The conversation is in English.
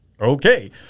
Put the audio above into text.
Okay